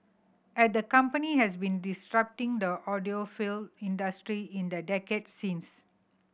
and the company has been disrupting the audiophile industry in the decade since